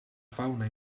fauna